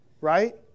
right